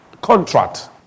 contract